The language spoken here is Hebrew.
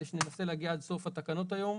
כדי שנגיע עד סוף התקנות היום.